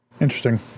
Interesting